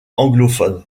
anglophones